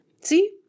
See